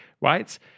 right